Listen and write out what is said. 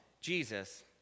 Jesus